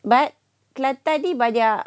but kelantan ni banyak